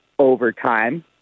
overtime